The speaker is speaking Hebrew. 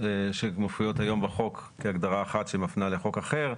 שמופיעות היום בחוק כהגדרה אחת שמפנה לחוק אחר.